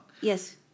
Yes